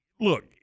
Look